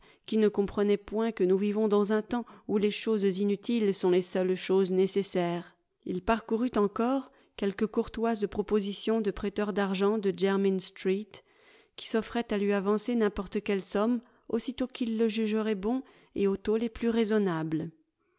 qui ne comprenaient point que nous vivons dans un temps où les choses inutiles sont les seules choses nécessaires il parcourut encore quelques courtoises propositions de prêteurs d'argent de jermyn street qui s'offraient à lui avancer n'importe quelle somme aussitôt qu'il le jugerait bon et aux taux les plus raisonnables